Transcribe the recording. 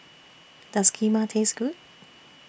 Does Kheema Taste Good